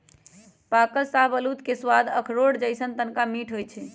पाकल शाहबलूत के सवाद अखरोट जइसन्न तनका मीठ होइ छइ